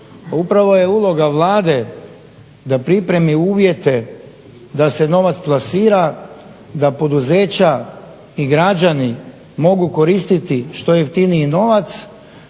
upravo je uloga Vlade da pripremi uvjete da se novac plasira, da poduzeća i građani mogu koristiti što jeftiniji novac